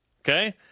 Okay